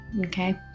okay